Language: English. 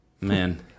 man